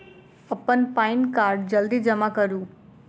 अप्पन PAN card जल्दी जमा करू?